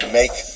make